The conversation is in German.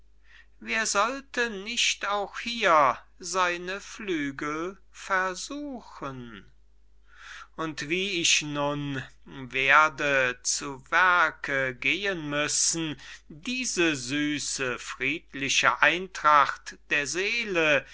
wer sollte nicht auch hier seine flügel versuchen und wie ich nun werde zu werk gehen müssen diese süße friedliche eintracht der seele